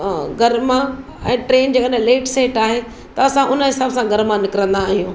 घर मां ऐं ट्रेन जेकॾहिं लेट सेट आहे त असां उन हिसाबु सां घर मां निकिरंदा आहियूं